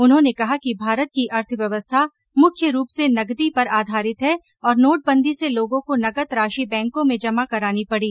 उन्होंने कहा कि भारत की अर्थव्यवस्था मुख्य रूप से नगदी पर आधारित है और नोटबंदी से लोगों को नगद राशि बैंकों में जमा करानी पड़ी